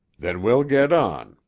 then we'll get on,